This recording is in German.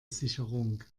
sicherung